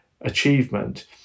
achievement